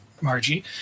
Margie